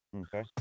Okay